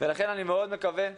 לכן אני מקווה מאוד שפרופ'